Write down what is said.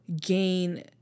gain